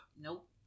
Nope